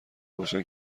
باشن